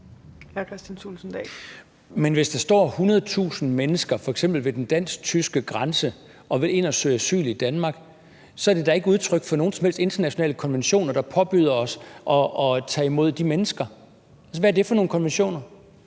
Men hvis der står 100.000 mennesker f.eks. ved den dansk-tyske grænse og vil ind og søge asyl i Danmark, så er det da ikke udtryk for nogen som helst internationale konventioner, der påbyder os at tage imod de mennesker. Hvad er det for nogen konventioner?